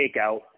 takeout